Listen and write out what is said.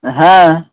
হ্যাঁ